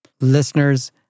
Listeners